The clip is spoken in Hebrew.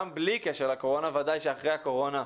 גם בלי קשר לקורונה ובוודאי שאחרי הקורונה.